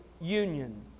union